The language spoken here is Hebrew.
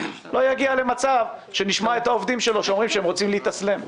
לא יגיע למצב שנשמע את העובדים שלו אומרים שהם רוצים להתאסלם.